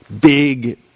big